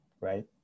right